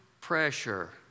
pressure